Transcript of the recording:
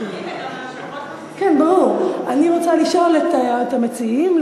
אני רוצה לשאול את המציעים,